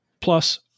Plus